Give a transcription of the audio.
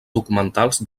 documentals